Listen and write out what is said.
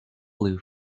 blew